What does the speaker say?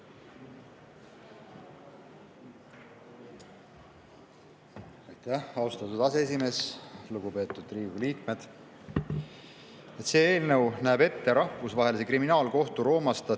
Aitäh, austatud aseesimees! Lugupeetud Riigikogu liikmed! See eelnõu näeb ette Rahvusvahelise Kriminaalkohtu Rooma